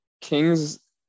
King's